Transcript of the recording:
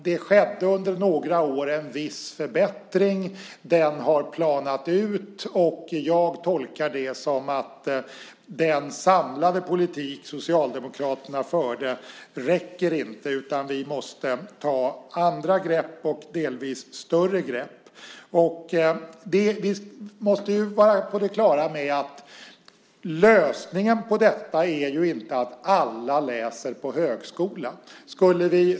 Det skedde under några år en viss förbättring. Den har planat ut. Jag tolkar det som att den samlade politik som Socialdemokraterna förde inte räcker. Vi måste ta andra och delvis större grepp. Vi måste vara på det klara med att lösningen på detta inte är att alla läser på högskolan.